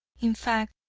in fact,